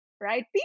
right